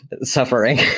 suffering